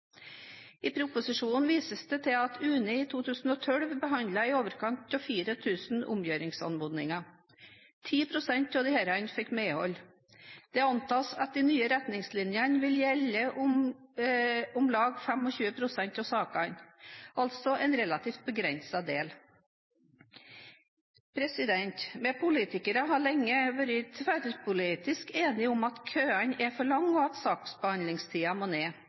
I proposisjonen vises det til at UNE i 2012 behandlet i overkant av 4 000 omgjøringsanmodninger. 10 pst. av disse fikk medhold. Det antas at de nye retningslinjene vil gjelde om lag 25 pst. av sakene, altså en relativt begrenset del. Vi politikere har lenge vært tverrpolitisk enige om at køene er for lange og at saksbehandlingstiden må ned.